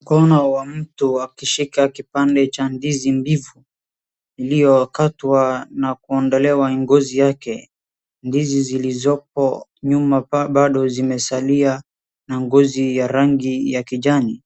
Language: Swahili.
Mkono wa mtu akishika kipande cha ndizi mbivu iliyokatwa na kuondolewa ngozi yake. Ndizi zilizopo nyuma bado zimesalia na ngozi ya rangi ya kijani.